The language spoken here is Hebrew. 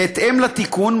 בהתאם לתיקון,